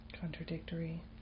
contradictory